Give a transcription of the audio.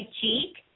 cheek